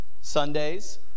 Sundays